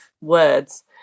words